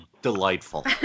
Delightful